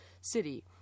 city